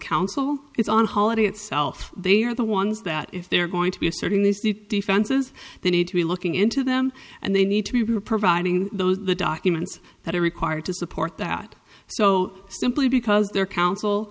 counsel it's on holiday itself they are the ones that if they're going to be asserting these defenses they need to be looking into them and they need to be a provider those are the documents that are required to support that so simply because their coun